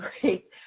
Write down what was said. great